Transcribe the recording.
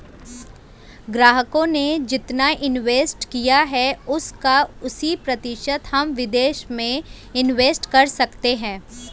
ग्राहकों ने जितना इंवेस्ट किया है उसका अस्सी प्रतिशत हम विदेश में इंवेस्ट कर सकते हैं